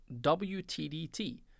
WTDT